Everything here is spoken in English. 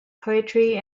poetry